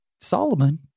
Solomon